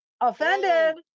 offended